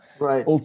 right